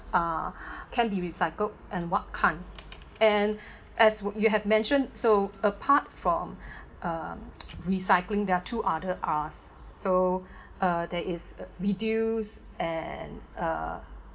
uh can be recycled and what can't and as wha~ you have mentioned so apart from uh recycling there're two other Rs so uh there is reduce and uh